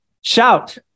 Shout